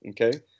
okay